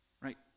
Right